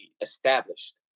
established